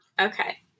Okay